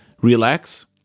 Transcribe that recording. relax